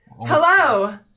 hello